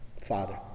Father